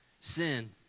sin